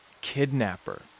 kidnapper